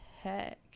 heck